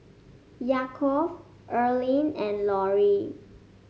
Yaakov Earlean and Lorrie